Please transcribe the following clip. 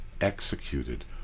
executed